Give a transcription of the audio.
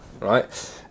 right